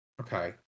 Okay